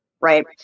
Right